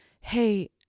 hey